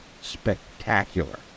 spectacular